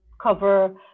cover